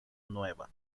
nueva